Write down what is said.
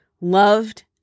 loved